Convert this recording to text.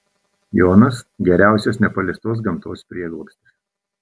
jonas geriausias nepaliestos gamtos prieglobstis